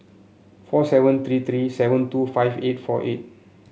four seven three three seven two five eight four eight